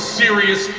serious